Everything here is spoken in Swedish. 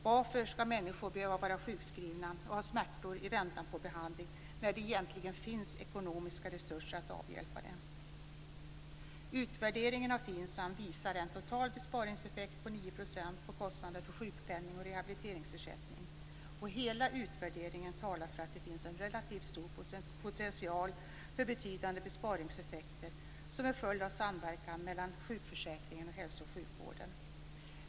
Varför skall människor behöva vara sjukskrivna och ha smärtor i väntan på en behandling när det egentligen finns ekonomiska resurser att avhjälpa det? Utvärderingen av FINSAM visar en total besparingseffekt på 9 % av kostnaderna för sjukpenning och rehabiliteringsersättning. Hela utvärderingen talar för att det finns en relativt stor potential för betydande besparingseffekter som en följd av samverkan mellan sjukförsäkringen och hälso och sjukvården.